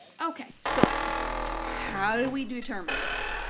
okay, so how do we determine this?